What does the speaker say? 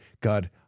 God